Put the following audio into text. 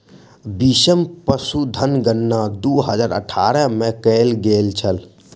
बीसम पशुधन गणना दू हजार अठारह में कएल गेल छल